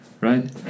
right